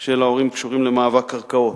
של ההורים קשורים למאבק קרקעות.